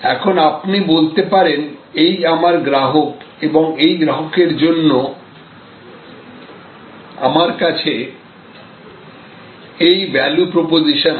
এখন আপনি বলতে পারেন এই আমার গ্রাহক এবং এই গ্রাহকের জন্য আমার কাছে এই ভ্যালু প্রপোজিশন আছে